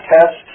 test